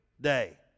day